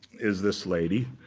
is this lady,